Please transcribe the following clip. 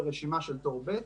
ברשימה של "תור ב'".